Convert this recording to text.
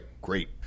great